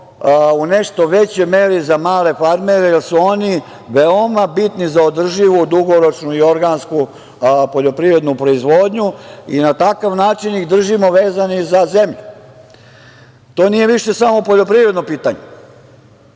u nešto većoj meri za male farmere, jer su oni veoma bitni za održivu, dugoročnu i organsku poljoprivrednu proizvodnju i na takav način ih držimo vezanih za zemlju. To nije više samo poljoprivredno pitanje,